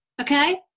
Okay